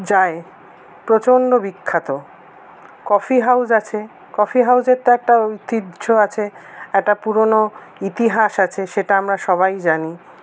যায় প্রচণ্ড বিখ্যাত কফি হাউজ আছে কফি হাউজের তো একটা ঐতিহ্য আছে একটা পুরনো ইতিহাস আছে সেটা আমরা সবাই জানি